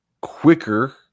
quicker